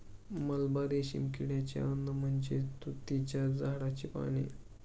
मलबा रेशीम किड्याचे अन्न म्हणजे तुतीच्या झाडाची पाने